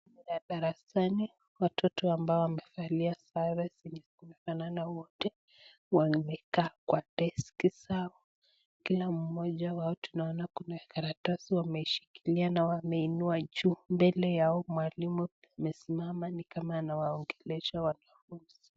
Ndani ya darasani, watoto ambao wamevalia sare zenye zinafanana wote, wamekaa kwa deski zao, kila mmoja wao tunaona kuna karatasi wameshikilia na wameinua juu, mbele yao mwalimu amesimama ni kama anawaongelesha wanafunzi.